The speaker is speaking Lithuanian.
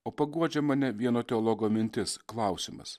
o paguodžia mane vieno teologo mintis klausimas